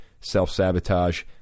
self-sabotage